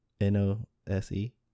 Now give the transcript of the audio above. N-O-S-E